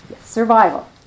Survival